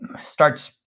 starts